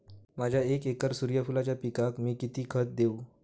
माझ्या एक एकर सूर्यफुलाच्या पिकाक मी किती खत देवू?